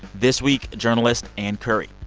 this week, journalist ann curry.